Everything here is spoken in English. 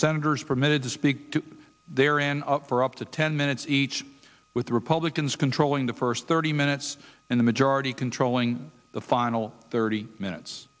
senators permitted to speak there in up for up to ten minutes each with the republicans controlling the first thirty minutes in the majority controlling the final thirty minutes